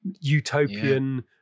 utopian